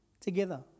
together